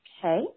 Okay